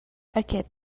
aquest